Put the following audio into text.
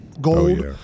gold